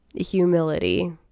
humility